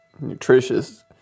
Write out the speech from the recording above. nutritious